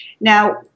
Now